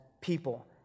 people